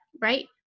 right